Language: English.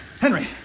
Henry